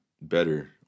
Better